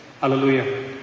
Hallelujah